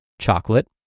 chocolate